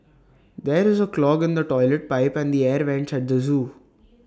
there is A clog in the Toilet Pipe and the air Vents at the Zoo